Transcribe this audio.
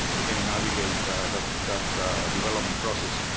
again, navigate that that development process,